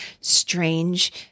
strange